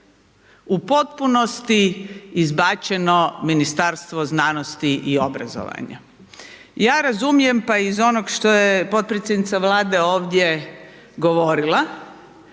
u potpunosti izbačeno Ministarstvo znanosti i obrazovanja. Ja razumijem pa i iz onog što je potpredsjednica Vlade ovdje govorila,